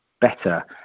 better